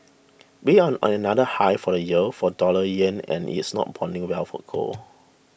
we're on another high for the year for dollar yen and it's not bonding well for gold